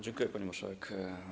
Dziękuję, pani marszałek.